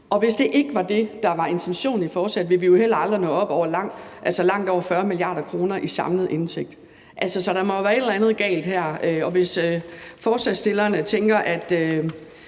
Hvis det ikke var det, der var intentionen med forslaget, ville vi jo heller aldrig nå op på langt over 40 mia. kr. i samlede indtægter. Så der må jo være et eller andet galt her, og hvis forslagsstillerne tænker, at